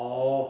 orh